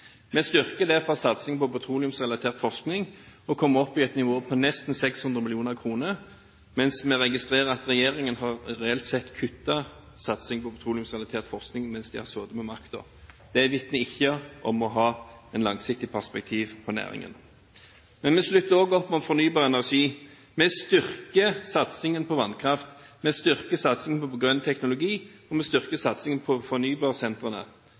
Vi styrker derfor satsingen på petroleumsrelatert forskning og kommer opp i et nivå på nesten 600 mill. kr, mens vi registrerer at regjeringen reelt sett har kuttet satsingen på petroleumsrelatert forskning mens de har sittet med makten. Det vitner ikke om et langsiktig perspektiv på næringen. Men vi slutter også opp om fornybar energi. Vi styrker satsingen på vannkraft. Vi styrker satsingen på grønn teknologi, og vi styrker satsingen på